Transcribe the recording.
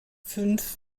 fünf